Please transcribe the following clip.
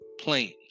planes